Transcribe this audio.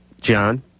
John